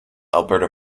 alberta